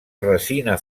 resina